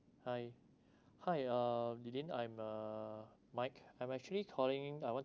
hi hi uh they eileen I'm uh mike I'm actually calling I want